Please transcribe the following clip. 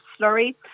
slurry